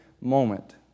moment